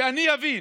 שאני אבין.